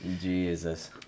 Jesus